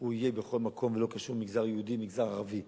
יהיה בכל מקום, ולא קשור, מגזר יהודי, מגזר ערבי.